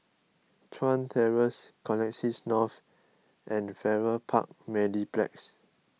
Chuan Terrace Connexis North and Farrer Park Mediplex